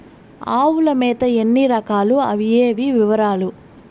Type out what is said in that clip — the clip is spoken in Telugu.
ఆవుల మేత ఎన్ని రకాలు? అవి ఏవి? వివరాలు?